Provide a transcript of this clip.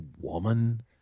woman